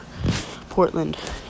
Portland